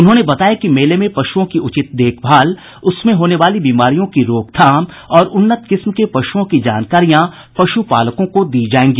उन्होंने बताया कि मेले में पशुओं की उचित देखभाल उनमें होने वाली बीमारियों की रोकथाम और उन्नत किस्म के पश्ञओं की जानकारियां पश्ञपालकों को दी जायेंगी